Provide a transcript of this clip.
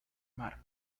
mar